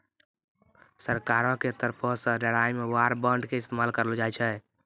सरकारो के तरफो से लड़ाई मे वार बांड के इस्तेमाल करलो जाय छै